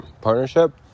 partnership